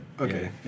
Okay